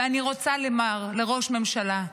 ואני רוצה לומר לראש הממשלה: